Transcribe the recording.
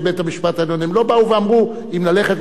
הם לא באו ואמרו אם ללכת ולהתיישב או לא.